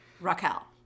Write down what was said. Raquel